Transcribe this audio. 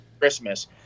Christmas